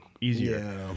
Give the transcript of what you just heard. easier